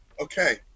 Okay